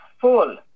full